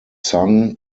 sung